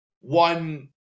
one